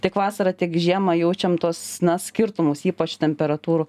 tiek vasarą tiek žiemą jaučiam tuos skirtumus ypač temperatūrų